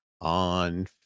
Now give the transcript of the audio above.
on